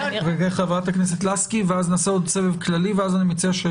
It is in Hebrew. חברת הכנסת לסקי ואז נעשה עוד סבב קצר.